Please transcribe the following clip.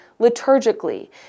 liturgically